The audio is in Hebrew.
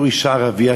בתור אישה ערבייה,